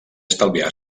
estalviar